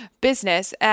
business